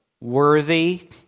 Worthy